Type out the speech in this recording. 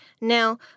Now